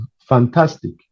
fantastic